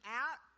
out